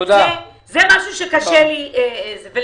זה משהו שקשה לי לקבל.